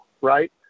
right